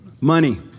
Money